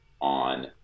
on